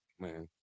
man